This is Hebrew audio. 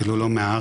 אפילו לא מהארץ,